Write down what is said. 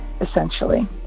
Essentially